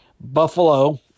buffalo